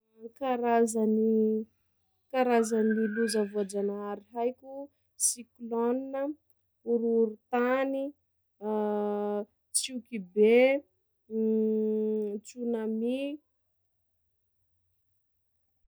Karazagny karazagny loza voajanahary haiko: cyclone, horohoron-tany, tsioky be, tsunami.